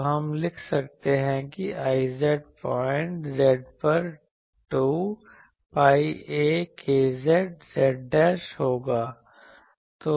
तो हम लिख सकते हैं कि Iz पॉइंट z पर 2 pi a kz z होगा